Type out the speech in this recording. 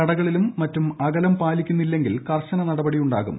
കടകളിലും മറ്റും അകലം പാലിക്കുന്നില്ലെങ്കിൽ കർശന നടപടിയുണ്ടാകും